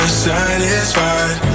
satisfied